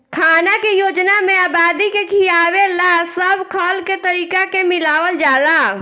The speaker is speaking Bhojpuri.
खाना के योजना में आबादी के खियावे ला सब खल के तरीका के मिलावल जाला